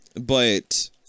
but-